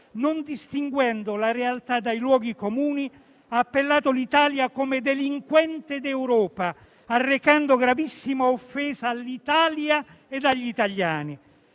non distinguendo la realtà dai luoghi comuni, ha appellato l'Italia come delinquente d'Europa, arrecando gravissima offesa all'Italia e agli italiani.